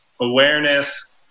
awareness